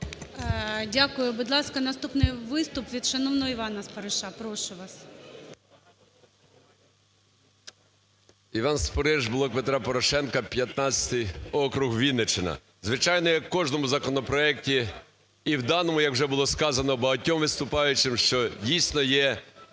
Дякую. Будь ласка, наступний виступ від шановного Івана Спориша. Прошу вас. 13:45:05 СПОРИШ І.Д. Іван Спориш, "Блок Петра Порошенка", 15 округ, Вінниччина. Звичайно, в кожному законопроекті, і в даному, як вже було сказано багатьма виступаючими, що дійсно, є